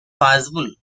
possible